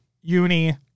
uni